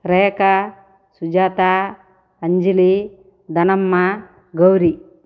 Rekha Sujatha Anjali Dhanamma Gauri